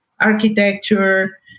architecture